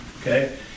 okay